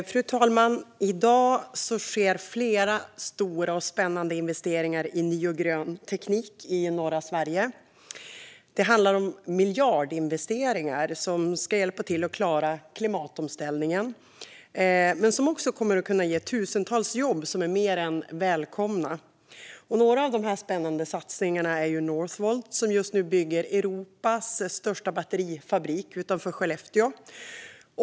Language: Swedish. Fru talman! I dag sker flera stora och spännande investeringar i ny och grön teknik i norra Sverige. Det handlar om miljardinvesteringar som ska hjälpa till att klara klimatomställningen, men som också kommer att kunna ge tusentals jobb som är mer än välkomna. Några av dessa spännande satsningar är Northvolt, som just nu bygger Europas största batterifabrik utanför Skellefteå.